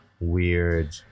weird